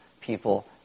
people